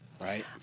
right